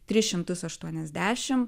tris šimtus aštuoniasdešim